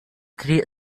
triq